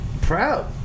proud